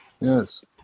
Yes